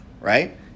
right